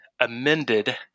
amended